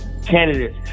candidates